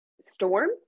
storm